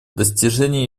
достижение